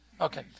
Okay